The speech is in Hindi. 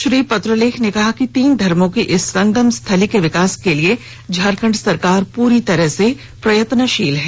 श्री पत्रलेख ने कहा कि तीन धर्मों की इस संगम स्थली के विकास के लिए झारखंड सरकार पूरी तरह से प्रत्यनशील है